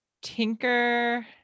Tinker